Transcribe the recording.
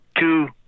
two